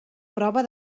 prova